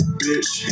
bitch